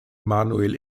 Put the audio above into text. manuel